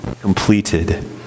completed